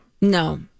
No